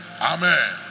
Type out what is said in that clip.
Amen